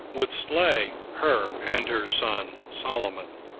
would slay her and her son solomon.